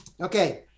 Okay